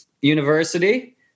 university